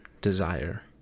desire